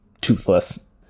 toothless